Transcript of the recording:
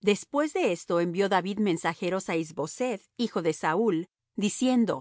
después de esto envió david mensajeros á is boseth hijo de saúl diciendo